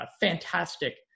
fantastic